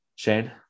Shane